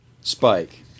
Spike